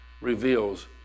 reveals